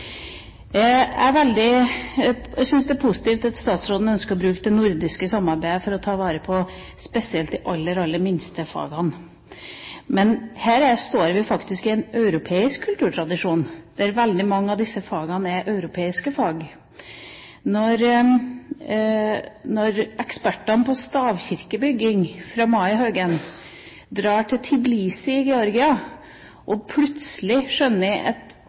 Jeg syns det er positivt at statsråden ønsker å bruke det nordiske samarbeidet for å ta vare på spesielt de aller, aller minste fagene, men her står vi faktisk i en europeisk kulturtradisjon, der veldig mange av disse fagene er europeiske fag. Ekspertene på stavkirkebygging fra Maihaugen drar til Tbilisi i Georgia og skjønner plutselig at